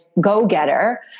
go-getter